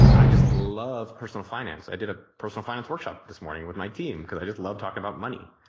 i just love personal finance. i did a personal finance workshop this morning with my team because i just love talking about money.